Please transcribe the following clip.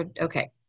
Okay